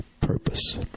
purpose